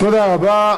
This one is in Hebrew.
תודה רבה.